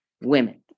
Women